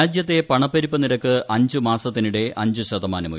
രാജ്യത്തെ പണപ്പെരുപ്പ നിരക്ക് അഞ്ചുമാസത്തിനിടെ അഞ്ച് ശതമാനം ഉയർന്നു